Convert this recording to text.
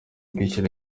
kwishyira